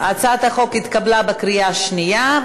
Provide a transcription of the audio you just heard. הצעת החוק התקבלה בקריאה שנייה,